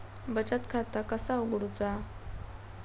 बचत खाता कसा उघडूचा?